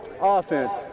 Offense